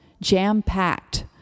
jam-packed